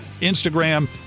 Instagram